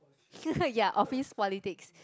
yeah office politics